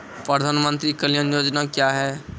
प्रधानमंत्री कल्याण योजना क्या हैं?